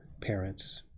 parents